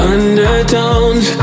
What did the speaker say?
Undertones